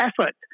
effort